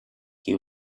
you